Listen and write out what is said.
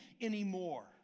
anymore